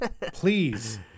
please